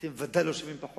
אתם ודאי לא שווים פחות.